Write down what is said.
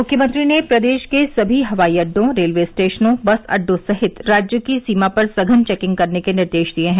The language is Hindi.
मुख्यमंत्री ने प्रदेश के सभी हवाई अड्डों रेलवे स्टेशनों बस अड्डों सहित राज्य की सीमा पर सघन चेकिंग करने के निर्देश दिये हैं